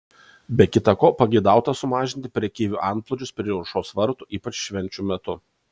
be kita ko pageidauta sumažinti prekeivių antplūdžius prie aušros vartų ypač švenčių metu